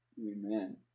Amen